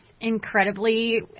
incredibly